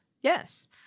Yes